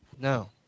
No